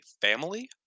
family